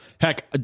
Heck